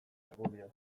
argudio